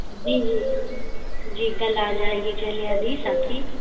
جی جی جی کل آجائے گی چہل حدیث آپ کی